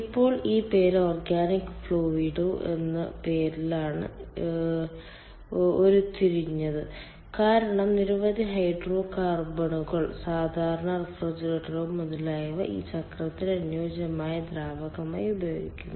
ഇപ്പോൾ ഈ പേര് ഓർഗാനിക് ഫ്ലൂയിഡ് എന്ന പേരിലാണ് ഉരുത്തിരിഞ്ഞത് കാരണം നിരവധി ഹൈഡ്രോകാർബണുകൾ സാധാരണ റഫ്രിജറന്റുകൾ മുതലായവ ഈ ചക്രത്തിന് അനുയോജ്യമായ ദ്രാവകമായി ഉപയോഗിക്കുന്നു